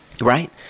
right